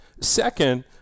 Second